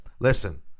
Listen